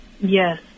Yes